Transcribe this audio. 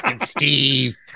Steve